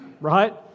right